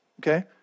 okay